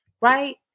Right